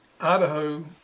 Idaho